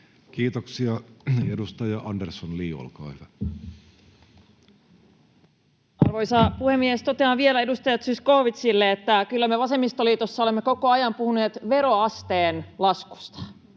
vuodelle 2024 Time: 14:25 Content: Arvoisa puhemies! Totean vielä edustaja Zyskowiczille, että kyllä me vasemmistoliitossa olemme koko ajan puhuneet veroasteen laskusta